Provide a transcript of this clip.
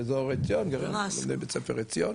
גרים באזור עציון הם בבית ספר עציון